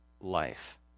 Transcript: life